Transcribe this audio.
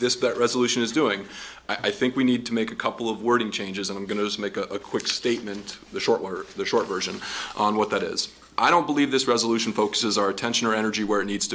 this that resolution is doing i think we need to make a couple of wording changes and i'm going to make a quick statement the short or the short version on what that is i don't believe this resolution focuses our attention or energy where it needs